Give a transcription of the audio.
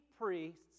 priests